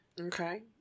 Okay